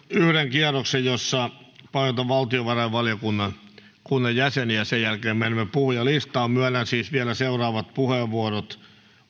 kierroksen jossa painotan valtiovarainvaliokunnan jäseniä sen jälkeen menemme puhujalistaan myönnän siis vielä seuraavat puheenvuorot